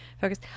focus